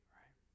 right